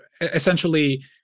essentially